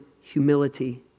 humility